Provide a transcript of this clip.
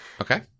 okay